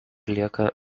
lieka